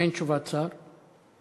אין תשובת שר,